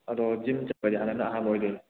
ꯑꯗꯣ ꯖꯤꯝ ꯆꯠꯄꯗꯤ ꯍꯟꯗꯛꯅ ꯑꯍꯥꯟꯕ ꯑꯣꯏꯗꯣꯏꯅꯦ